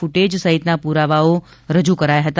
કૂટેજ સહિતના પુરાવાઓ રજૂ કરાયા હતા